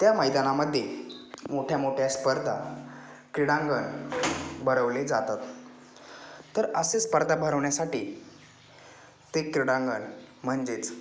त्या मैदानामध्ये मोठ्या मोठ्या स्पर्धा क्रीडांगण भरवले जातात तर असे स्पर्धा भरवण्यासाठी ते क्रीडांगण म्हणजेच